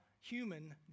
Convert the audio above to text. human